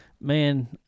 man